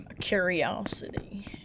curiosity